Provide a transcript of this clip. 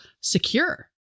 secure